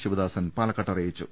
ശിവദാസൻ പാലക്കാട്ട് അറിയിച്ചു